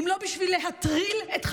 אם לא בשביל להטריל את חיילינו?